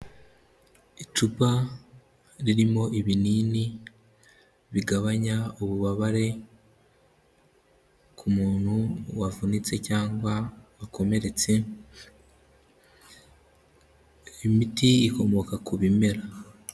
Icupa ririmo ibinini bigabanya ububabare ku muntu wavunitse cyangwa wakomeretse, iyi miti ikomoka ku bimera.